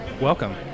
Welcome